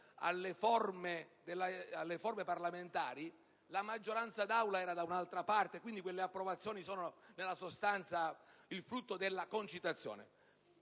alle forme parlamentari, che la maggioranza d'Aula era da un'altra parte, quindi quelle approvazioni sono nella sostanza il frutto della concitazione.